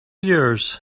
yours